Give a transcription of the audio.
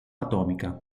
atomica